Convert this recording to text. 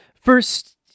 First